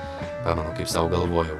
pamenu kaip sau galvojau